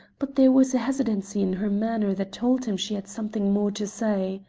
but there was a hesitancy in her manner that told him she had something more to say.